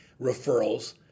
referrals